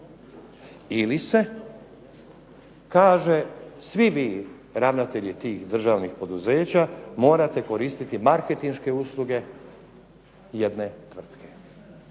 Ili se kaže svi vi ravnatelji tih državnih poduzeća morate koristiti marketinške usluge jedne tvrtke